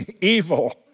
evil